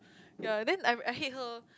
ya then I'm I hate her